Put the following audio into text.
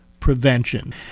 Prevention